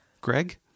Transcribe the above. Greg